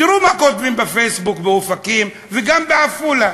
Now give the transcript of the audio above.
תראו מה כותבים בפייסבוק באופקים, וגם בעפולה.